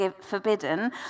forbidden